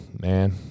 man